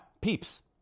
peeps